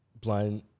blind